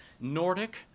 Nordic